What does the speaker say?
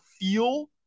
feel